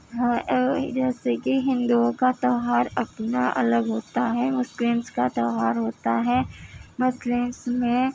ہاں یہ وجہ سے کہ ہندوؤں کا تیوہار اپنا الگ ہوتا ہے مسلمس کا تیوہار ہوتا ہے مسلمس میں